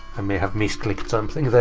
i may have misclicked something there.